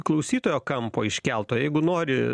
klausytojo kampo iškelto jeigu nori